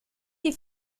est